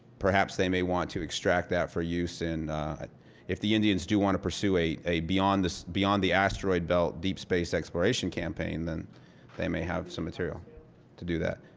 perhaps they may want to extract that for use and if the indians do want to pursue a a beyond this beyond the asteroid belt deep space exploration campaign then they may have some material to do that.